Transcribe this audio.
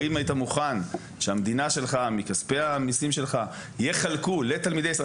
האם היית מוכן שהמדינה שלך מכספי המיסים שלך יחלקו לתלמידי ישראל?